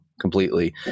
completely